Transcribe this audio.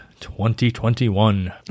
2021